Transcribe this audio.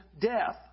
death